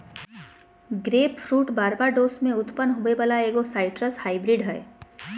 grapefruit Barbados में उत्पन्न होबो वला एगो साइट्रस हाइब्रिड हइ